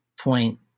point